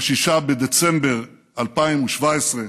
ב-6 בדצמבר 2017,